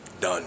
Done